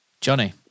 Johnny